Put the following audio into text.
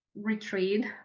Retreat